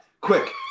Quick